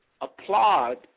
applaud